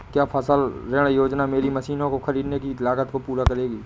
क्या फसल ऋण योजना मेरी मशीनों को ख़रीदने की लागत को पूरा करेगी?